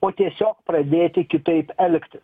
o tiesiog pradėti kitaip elgtis